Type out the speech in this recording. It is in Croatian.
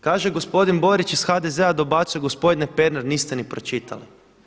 Kaže gospodin Borić iz HDZ-a, dobacuje gospodine Pernar niste ni pročitali.